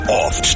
off